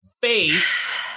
face